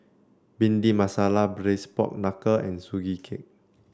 Bhindi Masala Braised Pork Knuckle and Sugee Cake